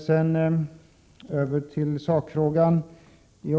Sedan över till sakfrågan.